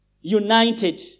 united